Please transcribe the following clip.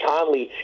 Conley